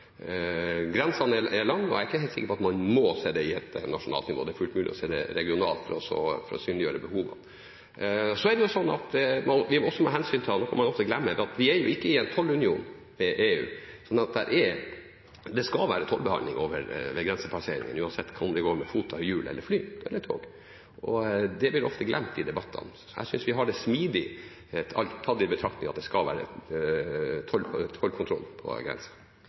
Grensene er lange, og jeg er ikke helt sikker på at man må se det på et nasjonalt nivå – det er fullt mulig å se det regionalt for å synliggjøre behovene. Vi må også ta hensyn til – noe man ofte glemmer – at vi ikke er i en tollunion med EU. Det skal være tollbehandling ved grensepassering, uansett om den går til fots, med hjul eller med fly eller tog. Det blir ofte glemt i debattene. Jeg synes vi har det smidig, tatt i betraktning at det skal være tollkontroll på